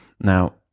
Now